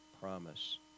promise